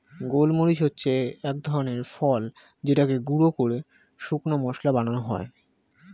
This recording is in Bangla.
গোলমরিচ হচ্ছে এক ধরনের ফল যেটাকে গুঁড়ো করে শুকনো মসলা বানানো হয়